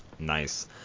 Nice